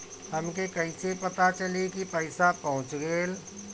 हमके कईसे पता चली कि पैसा पहुच गेल?